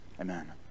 Amen